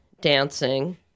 dancing